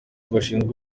n’abashinzwe